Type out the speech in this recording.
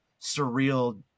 surreal